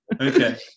Okay